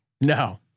No